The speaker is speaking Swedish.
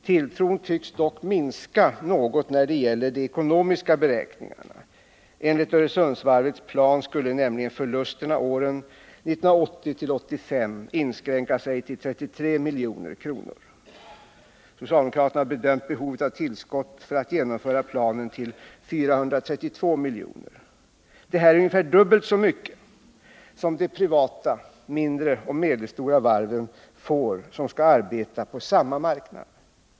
Tilltron tycks dock minska något när det gäller de ekonomiska beräkningarna. Enligt Öresundsvarvets plan skulle nämligen förlusterna åren 1980-1985 inskränka sig till 33 milj.kr. Socialdemokraterna har bedömt behovet av tillskott för att genomföra planen till 432 milj.kr. Det här är ungefär dubbelt så mycket som de privata mindre och medelstora varven får. De skall arbeta på samma marknad.